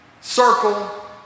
circle